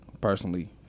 personally